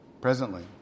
presently